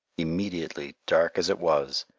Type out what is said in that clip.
immediately, dark as it was,